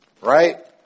Right